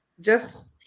just-